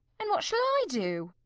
and what shall i do?